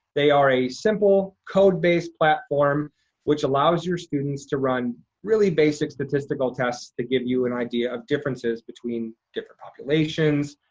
are a simple, code-based platform which allows your students to run really basic statistical tests to give you an idea of differences between different populations.